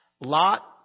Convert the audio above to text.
Lot